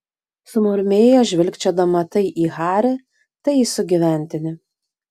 sumurmėjo žvilgčiodama tai į harį tai į sugyventinį